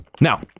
Now